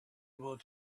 able